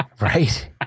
Right